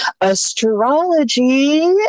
astrology